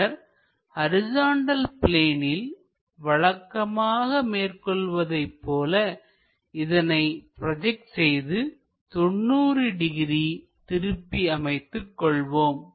பின்னர் ஹரிசாண்டல் பிளேனில் வழக்கமாக மேற்கொள்வதை போல இதனை ப்ரோஜெக்ட் செய்து 90 டிகிரி திருப்பி அமைத்துக் கொள்வோம்